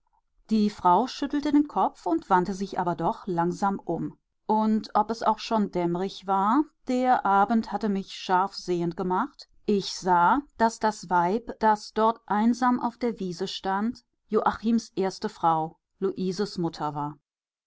die frau schüttelte den kopf wandte sich aber doch langsam um und ob es auch schon dämmrig war der abend hatte mich scharf sehend gemacht ich sah daß das weib das dort einsam auf der wiese stand joachims erste frau luises mutter war